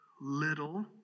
little